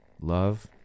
Love